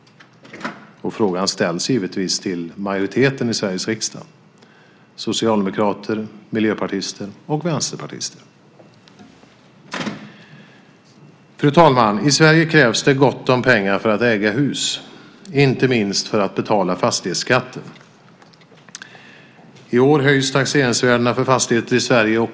Frågan ställs givetvis till majoriteten i Sveriges riksdag - socialdemokrater, miljöpartister och vänsterpartister. Fru talman! I Sverige krävs det gott om pengar för att äga hus, inte minst för att betala fastighetsskatten. I år höjs taxeringsvärdena för fastigheter i Sverige.